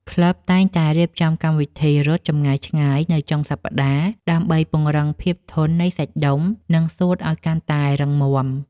ក្លឹបតែងតែរៀបចំកម្មវិធីរត់ចម្ងាយឆ្ងាយនៅចុងសប្តាហ៍ ដើម្បីពង្រឹងភាពធន់នៃសាច់ដុំ និងសួតឱ្យកាន់តែរឹងមាំ។